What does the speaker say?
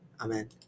Amen